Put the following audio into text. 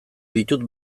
ditut